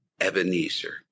Ebenezer